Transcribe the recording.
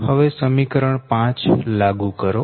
હવે સમીકરણ 5 લાગુ કરો